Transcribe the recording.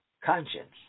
conscience